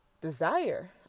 desire